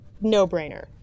no-brainer